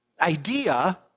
idea